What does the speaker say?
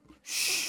בבקשה,